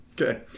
okay